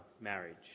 marriage